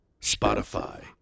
Spotify